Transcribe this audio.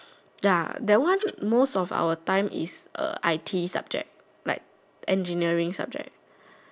ya that one most of our time is uh I_T subject like engineering subject